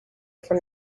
for